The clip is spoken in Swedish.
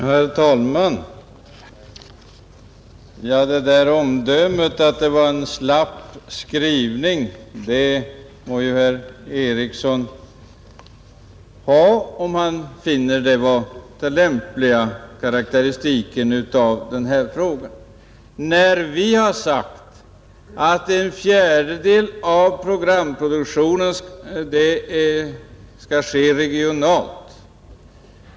Herr talman! Omdömet att det är en slapp skrivning må herr Ericson i Örebro uttala, om han finner det vara den lämpliga karakteristiken. I 1966 års beslut ingår att en fjärdedel av programproduktionen skall ske regionalt.